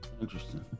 Interesting